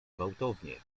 gwałtownie